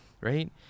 right